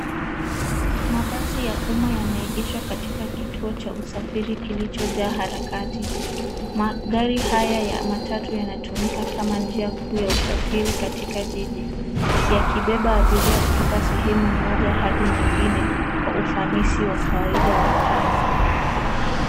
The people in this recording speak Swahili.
Mabasi ya umma yameegeshwa katika kituo cha usafiri klichojaa harakati, magari haya ya matatu yanatumika kama njia kuu ya usafiri katika jiji yakibeba abiria kutoka sehemu moja hadi nyingine kwa ufanisi wa kawaida kwa mtaa.